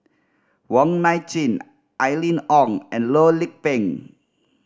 Wong Nai Chin Aline Wong and Loh Lik Peng